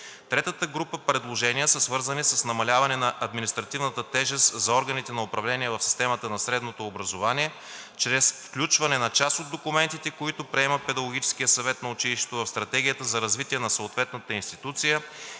Третата група предложения са свързвани с намаляване на административната тежест за органите на управление в системата на средното образование чрез включване на част от документите, които приема педагогическият съвет на училището в стратегията за развитие на съответната институция